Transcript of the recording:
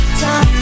time